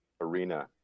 arena